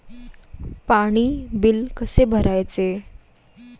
पाणी बिल कसे भरायचे?